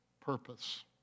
purpose